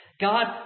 God